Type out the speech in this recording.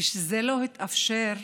כשזה לא התאפשר,